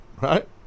Right